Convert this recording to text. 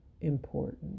important